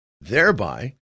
thereby